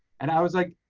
and i was like,